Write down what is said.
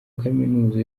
kaminuza